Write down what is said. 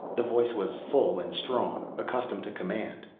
the voice was full and strong, accustomed to command.